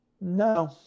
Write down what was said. No